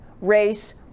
race